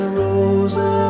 roses